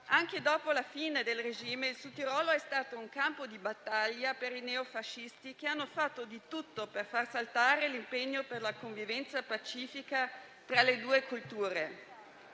Anche dopo la fine del regime, il Sudtirolo è stato un campo di battaglia per i neofascisti, che hanno fatto di tutto per far saltare l'impegno per la convivenza pacifica tra le due culture,